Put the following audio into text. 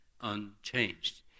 unchanged